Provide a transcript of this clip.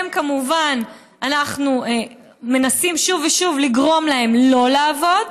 אנחנו כמובן מנסים שוב ושוב לגרום להם לא לעבוד.